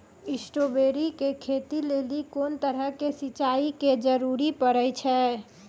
Strawberry के खेती लेली कोंन तरह के सिंचाई के जरूरी पड़े छै?